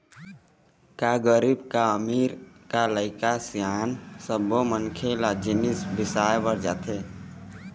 का गरीब का अमीर, का लइका का सियान सब्बो मनखे ल जिनिस बिसाए बर जाथे